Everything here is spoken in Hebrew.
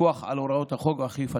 פיקוח על הוראות החוק ואכיפתן.